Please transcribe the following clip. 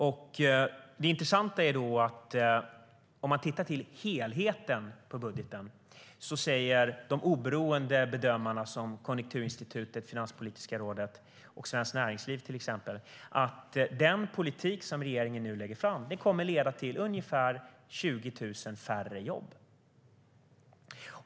Det är då intressant att titta på helheten i budgeten. Oberoende bedömare, som Konjunkturinstitutet, Finanspolitiska rådet och Svenskt Näringsliv, säger att den politik som regeringen nu lägger fram kommer att leda till ungefär 20 000 färre jobb.